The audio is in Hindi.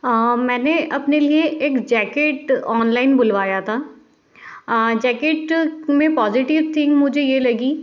हाँ मैंने अपने लिए एक जैकेट ऑनलाइन बुलवाया था जैकेट में पॉज़िटिव थिंग मुझे ये लगी